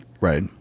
right